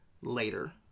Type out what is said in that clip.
later